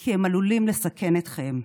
כי הם עלולים לסכן אתכם.